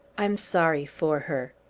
i'm sorry for her!